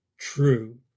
true